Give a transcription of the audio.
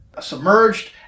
submerged